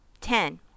ten